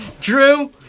Drew